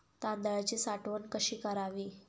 तांदळाची साठवण कशी करावी?